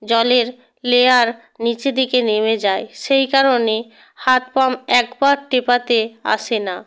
জলের লেয়ার নিচে দিকে নেমে যায় সেই কারণে হাত পাম্প একবার টেপাতে আসে না